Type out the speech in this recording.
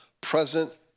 present